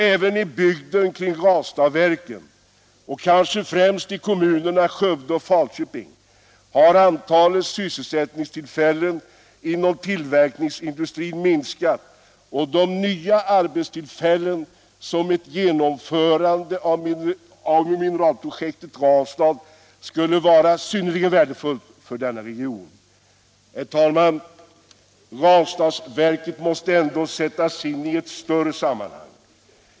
Även i bygden kring Ranstadsverket — och kanske främst i kommunerna Skövde och Falköping — har antalet sysselsättningstillfällen inom tillverkningsindustrin minskat, och de nya arbetstillfällen som ett genomförande av mineralprojektet Ranstad skulle medföra skulle vara synnerligen värdefulla för denna region. Herr talman! Ranstadsverket måste ändå sättas in i ett större sammanhang.